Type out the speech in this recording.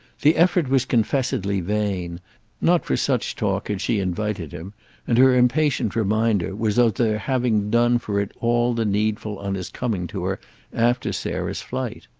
the effort was confessedly vain not for such talk had she invited him and her impatient reminder was of their having done for it all the needful on his coming to her after sarah's flight.